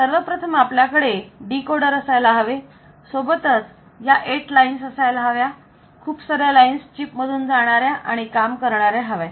सर्वप्रथम आपल्याकडे डीकोडर असायला हवे सोबतच या 8 लाईन्स असायला हव्या खूप साऱ्या लाईन्स चिप मधून जाणाऱ्या आणि काम करणाऱ्या हव्या